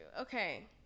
okay